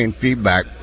feedback